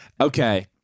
okay